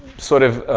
sort of